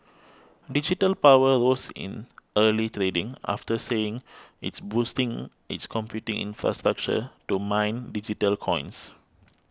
Digital Power rose in early trading after saying it's boosting its computing infrastructure to mine digital coins